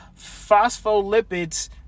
phospholipids